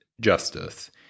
justice